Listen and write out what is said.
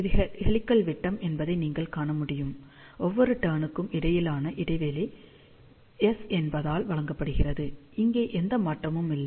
இது ஹெலிக்ஸ் விட்டம் என்பதை நீங்கள் காண முடியும் ஒவ்வொரு டர்ன் க்கும் இடையிலான இடைவெளி S என்பதால் வழங்கப்படுகிறது இங்கே எந்த மாற்றமும் இல்லை